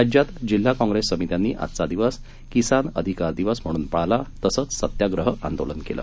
राज्यात जिल्हा कॉंग्रेस समित्यांनी आजचा दिवस किसान अधिकार दिवस म्हणून पाळला तसंच सत्याग्रह आंदोलन केल